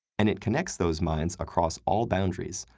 and it connects those minds across all boundaries,